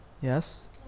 Yes